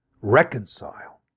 reconcile